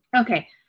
Okay